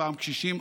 פעם קשישים,